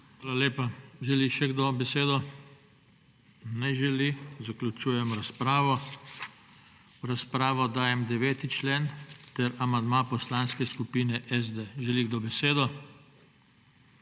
Hvala lepa. Želi še kdo besedo? Ne želi. Zaključujem razpravo. V razpravo dajem 9. člen ter amandma Poslanske skupine SD. Želi kdo besedo?